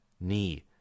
knee